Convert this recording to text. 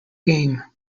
game